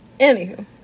Anywho